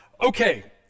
okay